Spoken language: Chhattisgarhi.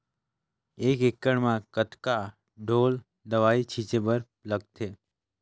एक एकड़ म कतका ढोल दवई छीचे बर लगथे?